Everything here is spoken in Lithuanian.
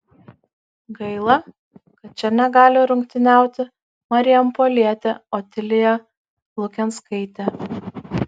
gaila kad čia negali rungtyniauti marijampolietė otilija lukenskaitė